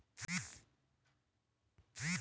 कर सरकार कें नागरिक के प्रति जवाबदेह बनबैत छै